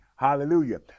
Hallelujah